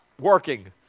working